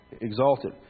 exalted